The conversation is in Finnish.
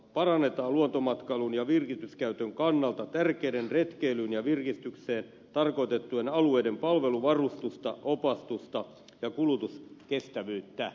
parannetaan luontomatkailun ja virkistyskäytön kannalta tärkeiden retkeilyyn ja virkistykseen tarkoitettujen alueiden palveluvarustusta opastusta ja kulutuskestävyyttä